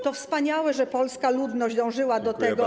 To wspaniałe, że polska ludność dążyła do tego.